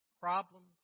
problems